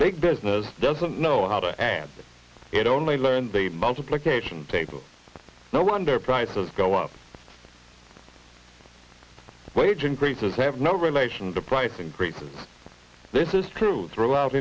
big business doesn't know how to answer it only learn the multiplication table no wonder prices go up wage increases have no relation the price increases this is true throughout